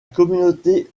communauté